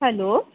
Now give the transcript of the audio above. hello